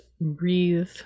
breathe